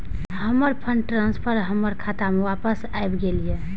हमर fund transfer हमर खाता में वापस आब गेल या